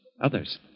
Others